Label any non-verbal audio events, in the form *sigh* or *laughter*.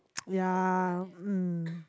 *noise* yeah um